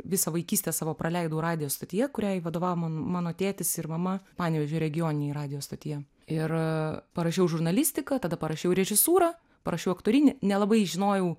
visą vaikystę savo praleidau radijo stotyje kuriai vadovavo mano tėtis ir mama panevėžio regioninėj radijo stotyje ir parašiau žurnalistiką tada parašiau režisūrą parašiau aktorinį nelabai žinojau